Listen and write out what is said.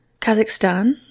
Kazakhstan